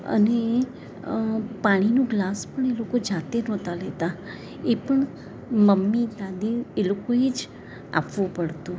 અને પાણીનો ગ્લાસ પણ એ લોકો જાતે નહોતા લેતા એ પણ મમ્મી દાદી એ લોકોએ જ આપવો પડતો